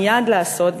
מייד לעשות,